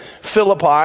Philippi